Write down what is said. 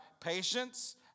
patience